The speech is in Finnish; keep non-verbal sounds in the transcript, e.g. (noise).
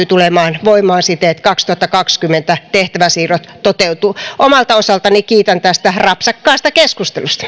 (unintelligible) tulemaan voimaan siten että kaksituhattakaksikymmentä tehtävänsiirrot toteutuvat omalta osaltani kiitän tästä rapsakkaasta keskustelusta (unintelligible)